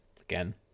Again